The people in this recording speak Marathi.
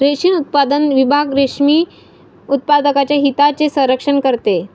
रेशीम उत्पादन विभाग रेशीम उत्पादकांच्या हितांचे संरक्षण करते